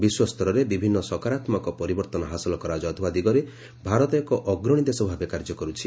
ବିଶ୍ୱସ୍ତରରେ ବିଭିନ୍ନ ସକରାତ୍ମକ ପରିବର୍ତ୍ତନ ହାସଲ କରାଯାଉଥିବା ଦିଗରେ ଭାରତ ଏକ ଅଗ୍ରଣୀ ଦେଶ ଭାବେ କାର୍ଯ୍ୟ କରୁଛି